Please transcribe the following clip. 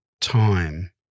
time